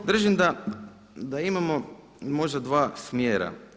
Držim da imamo možda dva smjera.